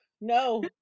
no